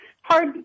hard